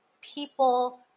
people